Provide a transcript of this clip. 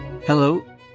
Hello